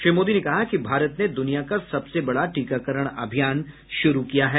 श्री मोदी ने कहा कि भारत ने दुनिया का सबसे बड़ा टीकाकरण अभियान शुरू किया है